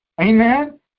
Amen